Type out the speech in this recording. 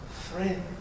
friend